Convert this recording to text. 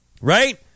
right